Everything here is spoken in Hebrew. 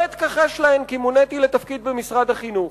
אתכחש להן כי מוניתי לתפקיד במשרד החינוך".